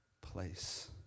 place